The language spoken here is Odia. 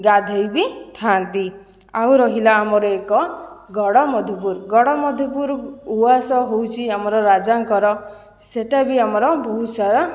ଗାଧୋଇ ବି ଥାଆନ୍ତି ଆଉ ରହିଲା ଆମର ଏକ ଗଡ଼ମଧୁପୁର ଗଡ଼ମଧୁପୁର ଉଆସ ହେଉଛି ଆମର ରାଜାଙ୍କର ସେଇଟାବି ଆମର ବହୁତ ସାରା